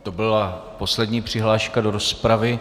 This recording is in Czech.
To byla poslední přihláška do rozpravy.